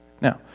Now